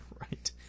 right